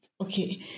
Okay